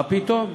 מה פתאום?